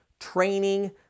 training